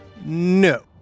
No